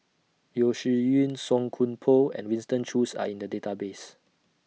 Yeo Shih Yun Song Koon Poh and Winston Choos Are in The Database